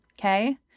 Okay